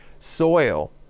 Soil